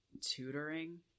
tutoring